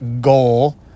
goal